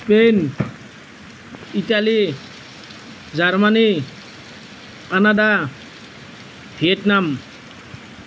China Italy Germany Canada Vietnam